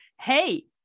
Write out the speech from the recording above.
Hey